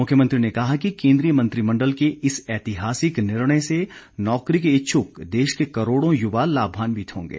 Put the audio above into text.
मुख्यमंत्री ने कहा कि केंद्रीय मंत्रिमण्डल के इस ऐतिहासिक निर्णय से नौकरी के इच्छुक देश के करोड़ों युवा लाभान्वित होंगे